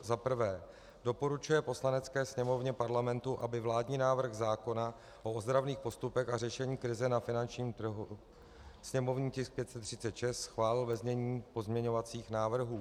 1. doporučuje Poslanecké sněmovně Parlamentu, aby vládní návrh zákona o ozdravných postupech a řešení krize na finančním trhu, sněmovní tisk 536, schválila ve znění pozměňovacích návrhů.